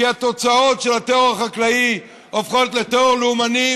כי התוצאות של הטרור החקלאי הופכות לטרור לאומני,